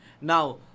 Now